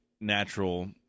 natural